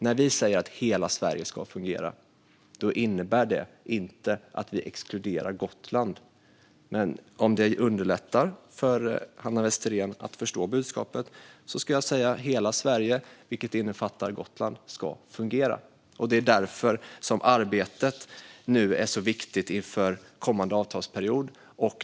När vi säger att hela Sverige ska fungera innebär det inte att vi exkluderar Gotland. Om det underlättar för Hanna Westerén att förstå budskapet ska jag säga att hela Sverige, vilket innefattar Gotland, ska fungera. Det är därför arbetet inför kommande avtalsperiod är så viktigt.